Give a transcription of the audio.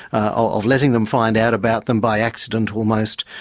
of letting them find out about them by accident almost.